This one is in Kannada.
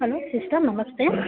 ಹಲೋ ಸಿಸ್ಟರ್ ನಮಸ್ತೆ